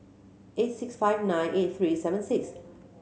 eight six five nine eight three seven six